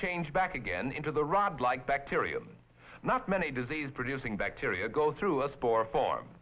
change back again into the rod like bacterium not many disease producing bacteria go through us poor form